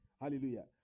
hallelujah